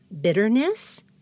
bitterness